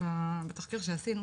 בתחקיר שעשינו